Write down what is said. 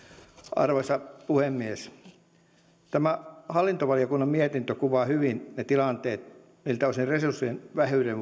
arvoisa puhemies tämä hallintovaliokunnan mietintö kuvaa hyvin ne tilanteet miltä osin resurssien vähyydestä